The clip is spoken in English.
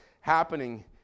happening